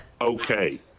Okay